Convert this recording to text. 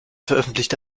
veröffentlichte